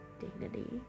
dignity